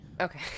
Okay